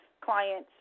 clients